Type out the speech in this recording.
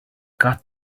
got